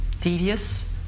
Devious